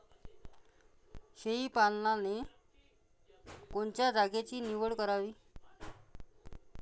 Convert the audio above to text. शेळी पालनाले कोनच्या जागेची निवड करावी?